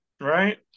right